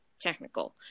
technical